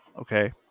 Okay